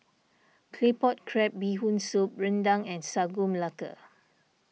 Claypot Crab Bee Hoon Soup Rendang and Sagu Melaka